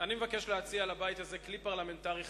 אני מבקש להציע לבית הזה כלי פרלמנטרי חדש: